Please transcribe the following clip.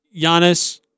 Giannis –